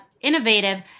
innovative